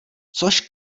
což